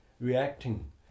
reacting